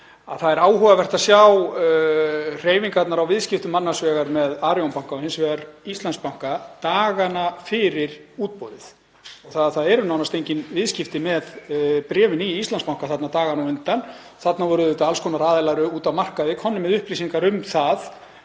er áhugavert að sjá hreyfingarnar á viðskiptum annars vegar með Arion banka og hins vegar Íslandsbanka dagana fyrir útboðið. Það eru nánast engin viðskipti með bréfin í Íslandsbanka dagana á undan. Þarna voru auðvitað alls konar aðilar úti á markaði komnir með upplýsingar um að